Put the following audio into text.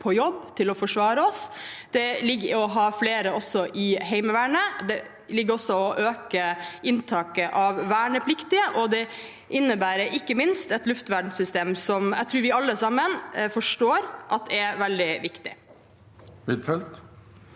på jobb til å forsvare oss. Det ligger i det å ha flere også i Heimevernet. Det ligger også i det å øke inntaket av vernepliktige, og det innebærer ikke minst et luftvernsystem, som jeg tror vi alle sammen forstår er veldig viktig.